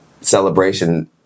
celebration